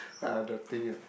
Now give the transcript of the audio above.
ah the thing ah